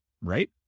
right